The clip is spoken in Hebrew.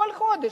כל חודש,